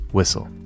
Whistle